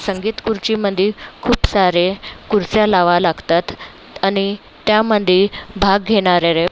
संगीत खुर्चीमधी खूप सारे खुर्स्या लावा लागतात आणि त्यामधे भाग घेणाऱ्याले